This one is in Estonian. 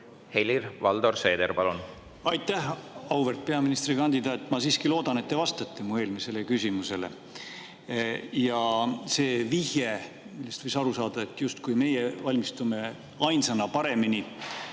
Helir-Valdor Seeder, palun! Aitäh! Auväärt peaministrikandidaat! Ma siiski loodan, et te vastate mu eelmisele küsimusele. See vihje, millest võis aru saada, justkui meie valmistuksime